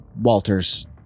Walter's